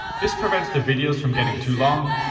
this prevents the videos from getting too long,